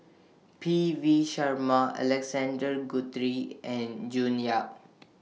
P V Sharma Alexander Guthrie and June Yap